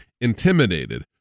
intimidated